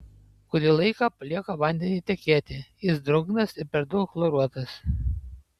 kurį laiką palieka vandenį tekėti jis drungnas ir per daug chloruotas